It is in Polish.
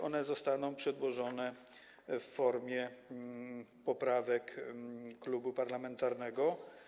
One zostaną przedłożone w formie poprawek klubu parlamentarnego.